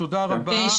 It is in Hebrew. תודה רבה.